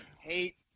hate